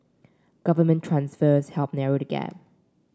government transfers helped narrow the gap